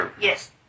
Yes